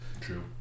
true